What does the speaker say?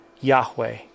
Yahweh